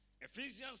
Ephesians